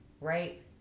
right